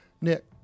Nick